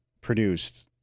produced